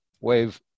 wave